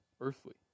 earthly